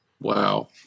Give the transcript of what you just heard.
wow